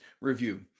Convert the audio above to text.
review